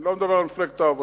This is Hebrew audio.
אני לא מדבר על מפלגת העבודה.